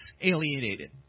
alienated